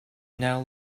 now